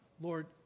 Lord